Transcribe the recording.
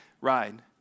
ride